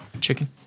chicken